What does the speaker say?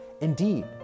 Indeed